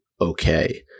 okay